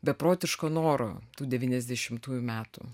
beprotiško noro tų devyniasdešimtųjų metų